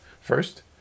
First